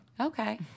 Okay